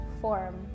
form